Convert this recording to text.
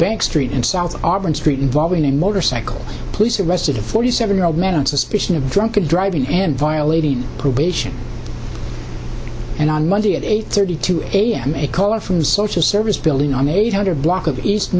bank street in south auburn street involving a motorcycle police arrested a forty seven year old man on suspicion of drunken driving and violating probation and on monday at eight thirty two am a caller from social service building on eight hundred block of east